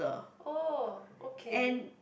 oh okay